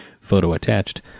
photo-attached